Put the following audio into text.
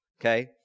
Okay